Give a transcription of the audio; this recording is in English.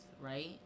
right